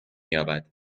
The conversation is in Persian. یابد